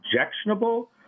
objectionable